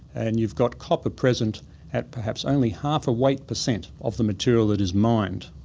and you've got copper present at perhaps only half a weight percent of the material that is mined.